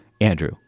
Andrew